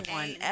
one